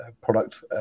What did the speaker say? product